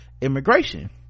immigration